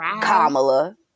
Kamala